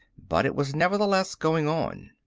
but it was nevertheless going on.